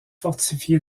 fortifié